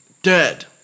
Dead